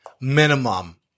minimum